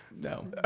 no